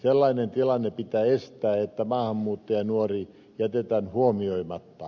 sellainen tilanne pitää estää että maahanmuuttajanuori jätetään huomioimatta